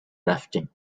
rafting